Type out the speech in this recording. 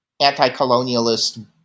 anti-colonialist